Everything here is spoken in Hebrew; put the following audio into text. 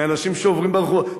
מאנשים שעוברים ברחובות,